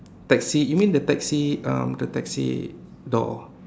taxi you mean the taxi um the taxi door